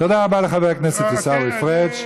תודה רבה לחבר הכנסת עיסאווי פריג'.